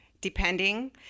depending